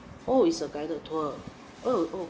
oh is a guided tour oh